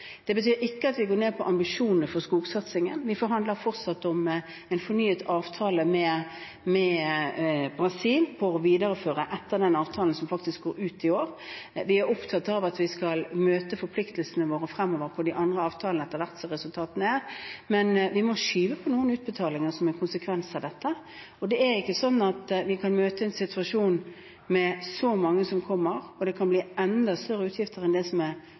Det betyr ikke at vi senker ambisjonene for skogsatsingen. Vi forhandler fortsatt om en fornyet avtale med Brasil for å videreføre den avtalen som faktisk går ut i år. Vi er opptatt av at vi skal møte forpliktelsene våre fremover i de andre avtalene etter hvert som resultatene kommer, men vi må skyve på noen utbetalinger som en konsekvens av dette. Det er ikke sånn at vi kan møte en situasjon med at så mange kommer – og det kan bli enda større utgifter enn det som er